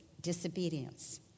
disobedience